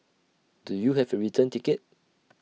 do you have A return ticket